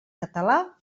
català